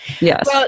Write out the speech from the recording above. Yes